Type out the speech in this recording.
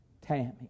Tammy